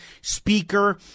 Speaker